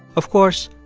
of course,